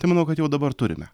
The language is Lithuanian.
tai manau kad jau dabar turime